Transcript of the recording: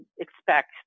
expect